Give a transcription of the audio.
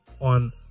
on